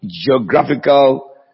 geographical